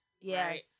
Yes